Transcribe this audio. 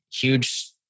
huge